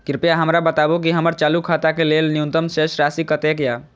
कृपया हमरा बताबू कि हमर चालू खाता के लेल न्यूनतम शेष राशि कतेक या